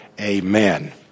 Amen